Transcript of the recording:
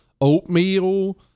Oatmeal